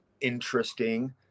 interesting